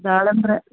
ದಾಳಿಂಬೆ